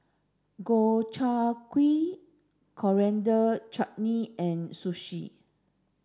Gobchang Gui Coriander Chutney and Sushi